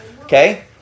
Okay